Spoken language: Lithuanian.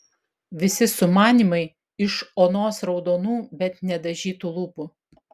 visi sumanymai iš onos raudonų bet nedažytų lūpų